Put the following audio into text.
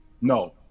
No